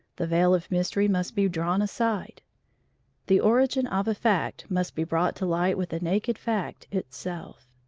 the veil of mystery must be drawn aside the origin of a fact must be brought to light with the naked fact itself.